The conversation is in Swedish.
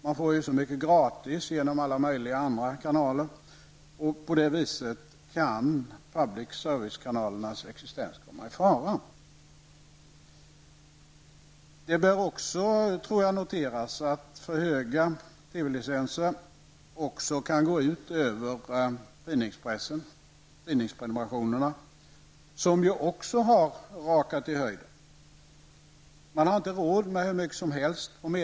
Man får ju så mycket gratis genom alla möjliga andra kanaler. På det viset kan public service-kanalernas existens komma i fara. Det bör även noteras att för höga TV-licenser kan gå ut över tidningsprenumerationerna, vilkas priser också har rakat i höjden.